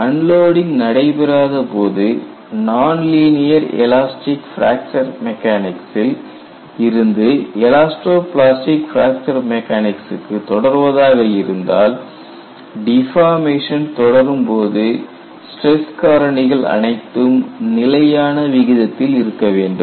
unloading நடைபெறாத போது nonlinear elastic fracture மெக்கானிக்சில் இருந்து எலாஸ்டோ பிளாஸ்டிக் பிராக்சர் மெக்கானிக்ஸ்க்கு தொடர்வதாக இருந்தால் டிபார்மேஷன் தொடரும்போது ஸ்டிரஸ் காரணிகள் அனைத்தும் நிலையான விகிதத்தில் இருக்க வேண்டும்